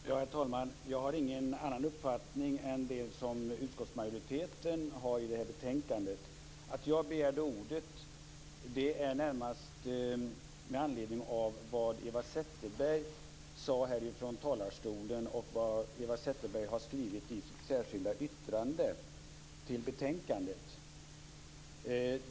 Herr talman! Jag har ingen annan uppfattning än den som utskottsmajoriteten redovisar i det här betänkandet. Jag begärde närmast ordet med anledning av det Eva Zetterberg sade från talarstolen och det hon har skrivit i sitt särskilda yttrande till betänkandet.